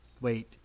wait